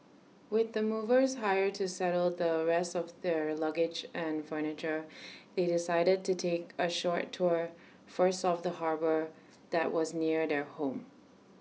with the movers hired to settle the rest of their luggage and furniture they decided to take A short tour first of the harbour there was near their home